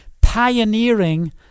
pioneering